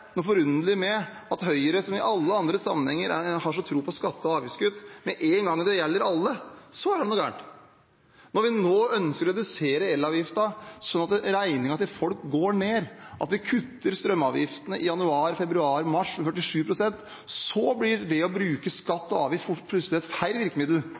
noe forunderlig med Høyre, som i alle andre sammenhenger har tro på skatte- og avgiftskutt – med en gang det gjelder alle, så er det noe gærent. Når vi nå ønsker å redusere elavgiften slik at regningen til folk går ned – vi kutter strømavgiftene i januar, februar og mars med 47 pst. – blir det å bruke skatt og avgift plutselig et feil virkemiddel,